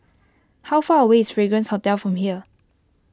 how far away is Fragrance Hotel from here